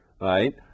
right